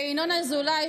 לינון אזולאי,